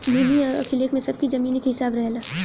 भूमि अभिलेख में सबकी जमीनी के हिसाब रहेला